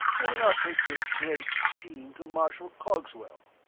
why not take this great scheme to marshal cogswell?